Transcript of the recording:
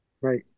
right